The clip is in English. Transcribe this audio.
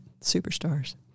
superstars